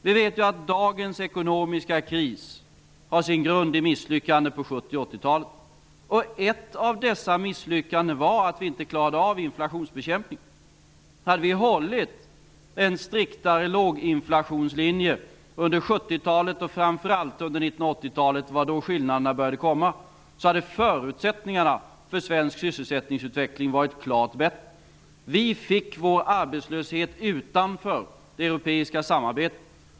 Vi vet att dagens ekonomiska kris har sin grund i misslyckanden på 70 och 80-talen. Ett av dessa misslyckanden var att vi inte klarade av inflationsbekämpningen. Om vi hade hållit en striktare låginflationslinje under 70-talet och framför allt under 80-talet -- det var då skillnaderna började komma -- hade förutsättningarna för svensk sysselsättningsutveckling varit klart bättre. Vi fick vår arbetslöshet utanför det europeiska samarbetet.